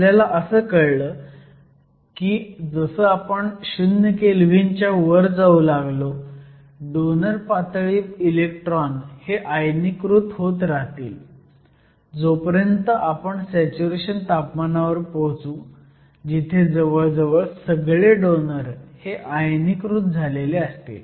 आपल्याला असं कळलं की जसं आपण 0 केल्व्हीन च्या वर जाऊ लागलो डोनर पातळीतून इलेक्ट्रॉन हे आयनीकृत होत राहतील जोपर्यंत आपण सॅच्युरेशन तापमानावर पोहोचू जिथे जवळजवळ सगळे डोनर हे आयनीकृत झाले असतील